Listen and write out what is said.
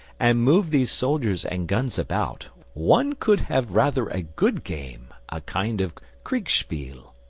and moved these soldiers and guns about, one could have rather a good game, a kind of kriegspiel.